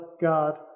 God